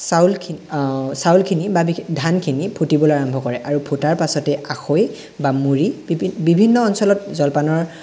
চাউলখিনি চাউলখিনি বা ধানখিনি ফুটিবলৈ আৰম্ভ কৰে আৰু ফুটাৰ পাছতে আখৈ বা মুড়ি বিভিন্ন অঞ্চলত জলপানৰ